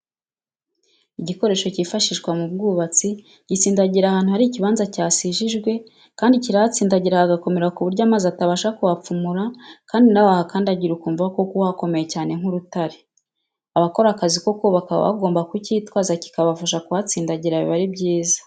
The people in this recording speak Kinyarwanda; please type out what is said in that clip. Igikoresho cyifashishwa mu bwubatsi, gitsindagira ahantu hari ikibanza cyasijijwe, kandi kirahatsindagira hagakomera ku buryo amazi atabasha kuhapfumura kandi nawe wahakandagira ukumva koko hakomeye cyane nk'urutare. Abakora akazi ko kubaka baba bagomba kukitwaza kikabafasha kuhatsindagira biba ari byiza.